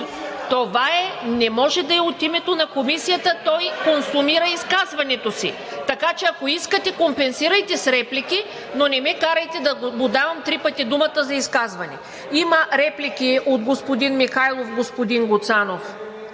с редакционни поправки. Той консумира изказването си, така че, ако искате, компенсирайте с реплики, но не ме карайте да му давам три пъти думата за изказване. Има реплики от господин Михайлов и господин Гуцанов.